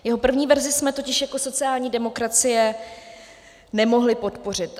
Jeho první verzi jsme totiž jako sociální demokracie nemohli podpořit.